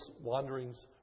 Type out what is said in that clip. wanderings